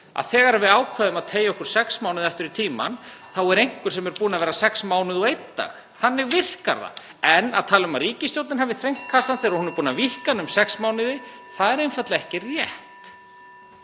þegar við ákveðum að teygja okkur sex mánuði (Forseti hringir.) aftur í tímann þá er einhver sem er búinn að vera sex mánuði og einn dag, þannig virkar það. En að tala um að ríkisstjórnin hafi þrengt kassann, þegar hún er búin að víkka hann um sex mánuði, er einfaldlega ekki rétt.